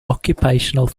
occupational